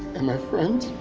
and my friends?